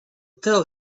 tell